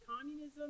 communism